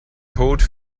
code